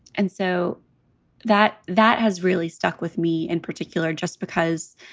and so that that has really stuck with me, in particular just because